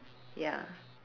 ya